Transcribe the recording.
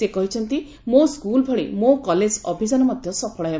ସେ କହିଛନ୍ତି ମୋ ସ୍କୁଲ ଭଳି ମୋ କଲେଜ୍ ଅଭିଯାନ ମଧ୍ଧ ସଫଳ ହେବ